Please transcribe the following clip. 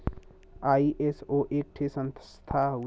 ISO एक ठे संस्था हउवे